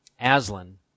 Aslan